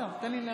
הודעה,